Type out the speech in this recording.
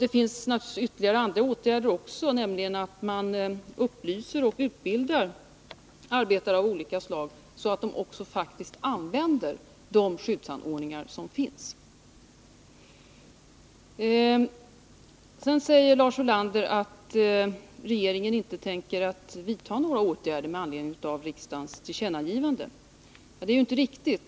Det finns naturligtvis även andra åtgärder att tillgripa, nämligen att upplysa och utbilda arbetare av olika slag så att de faktiskt också använder de skyddsanordningar som finns. Sedan säger Lars Ulander att regeringen inte tänker vidta några åtgärder med anledning av riksdagens tillkännagivande. Det är ju inte riktigt.